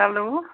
hello